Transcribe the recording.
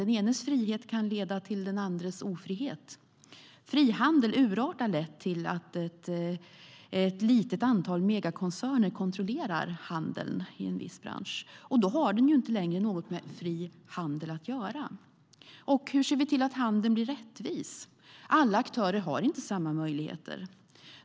Den enes frihet kan leda till den andres ofrihet. Frihandel urartar lätt till att ett litet antal megakoncerner kontrollerar handeln i en viss bransch, och då har det ju inte längre något med fri handel att göra. Hur ser vi till att handeln blir rättvis? Alla aktörer har inte samma möjligheter.